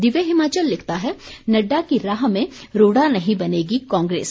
दिव्य हिमाचल लिखता है नड्डा की राह में रोड़ा नहीं बनेगी कांग्रेस